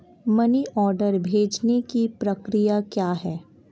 Money order भेजने की प्रक्रिया क्या है?